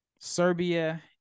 Serbia